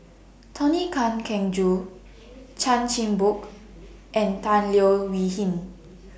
Tony Can Keng Joo Chan Chin Bock and Tan Leo Wee Hin